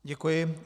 Děkuji.